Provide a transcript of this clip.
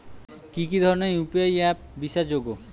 কি কি ধরনের ইউ.পি.আই অ্যাপ বিশ্বাসযোগ্য?